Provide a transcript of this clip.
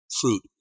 fruit